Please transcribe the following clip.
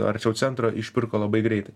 arčiau centro išpirko labai greitai